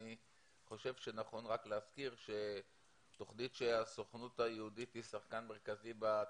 אני חושב שנכון רק להזכיר שתכנית שהסוכנות היהודית היא שחקן מרכזי בה,